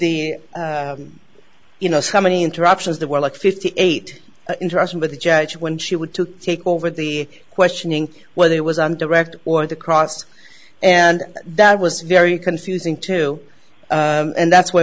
the you know how many interruptions there were like fifty eight interaction with the judge when she would to take over the questioning whether it was on direct or the cross and that was very confusing too and that's wh